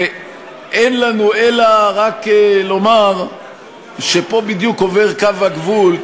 ואין לנו אלא רק לומר שפה בדיוק עובר קו הגבול,